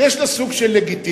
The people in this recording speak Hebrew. שיש לה סוג של לגיטימיות,